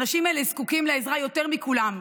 האנשים האלה זקוקים לעזרה יותר מכולם.